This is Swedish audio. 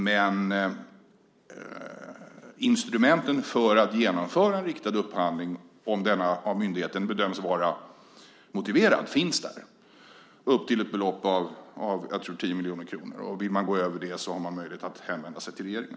Men instrumenten för att genomföra en riktad upphandling, om denna av myndigheten bedöms vara motiverad, finns där upp till ett belopp på 10 miljoner kronor, tror jag. Och om man vill gå över det har man möjlighet att hänvända sig till regeringen.